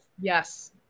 yes